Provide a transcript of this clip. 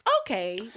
Okay